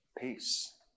Peace